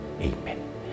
amen